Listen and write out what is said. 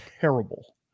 terrible